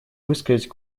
высказать